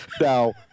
Now